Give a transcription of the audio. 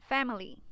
Family